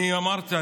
אני אמרתי,